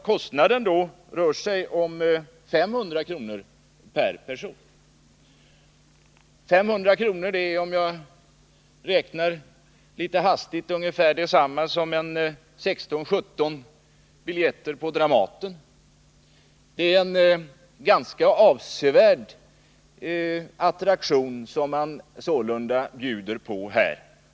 Kostnaden blir då 500 kr. per person. Vid en hastig beräkning finner jag att 500 kr. motsvarar 16 å 17 biljetter på Dramaten. Det är alltså en ganska avsevärd attraktion som man här bjuder.